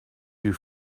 you